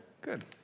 Good